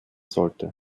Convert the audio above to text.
sollten